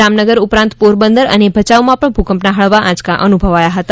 જામનગર ઉપરાંત પોરબંદર અને ભચાઉમાં પણ ભૂકંપના હળવા આંચકા અનુભવાયા હતા